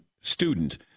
student